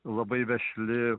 labai vešli